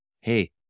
hey